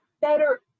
better